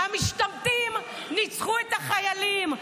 המשתמטים ניצחו את החיילים,